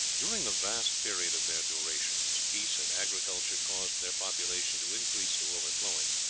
during the vast period of their duration, as peace and agriculture caused their population to increase to overflowing,